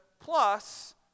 plus